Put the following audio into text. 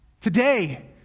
Today